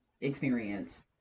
experience